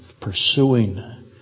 pursuing